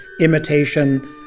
imitation